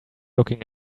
looking